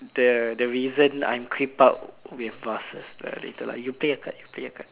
the the reason I'm creeped out with vases but later lah you play a card play a card